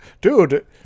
dude